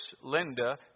Linda